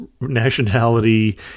nationality